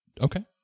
Okay